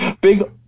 big